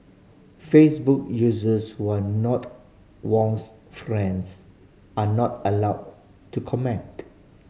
facebook users who are not Wong's friends are not allowed to comment